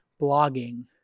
blogging